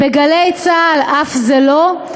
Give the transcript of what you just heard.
ב'גלי צה"ל', אף זה לא.